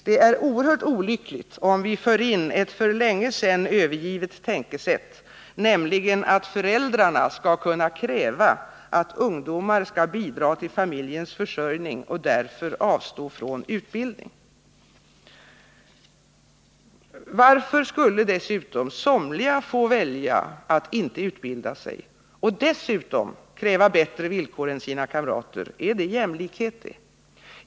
Det är oerhört olyckligt att föra in ett för länge sedan övergivet tänkesätt, nämligen att föräldrarna skall kunna kräva att ungdomar bidrar till familjens försörjning och därmed avstår från utbildning. Varför skulle dessutom somliga få välja att inte utbilda sig och till på köpet kräva att få bättre villkor än sina kamrater? Är det jämlikhet?